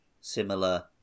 similar